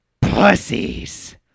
pussies